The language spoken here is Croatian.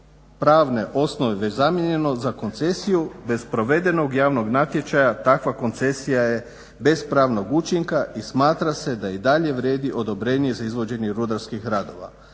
pravne osnove već zamijenjeno za koncesiju bez provedenog javnog natječaja takva koncesija je bez pravnog učinka i smatra se da i dalje vrijedi odobrenje za izvođenje rudarskih radova“,